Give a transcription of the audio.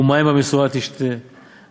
ומים במשורה תשתה,